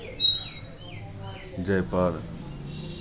जाहिपर